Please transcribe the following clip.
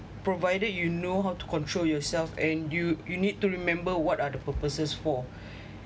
provided you know how to control yourself and you you need to remember what are the purposes for